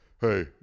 Hey